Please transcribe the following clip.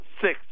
six